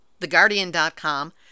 TheGuardian.com